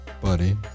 Buddy